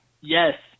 Yes